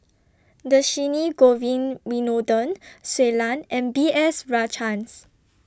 Dhershini Govin Winodan Shui Lan and B S Rajhans